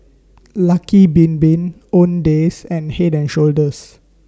Lucky Bin Bin Owndays and Head and Shoulders